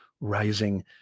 rising